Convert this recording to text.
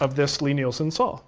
of this lie-nielsen saw.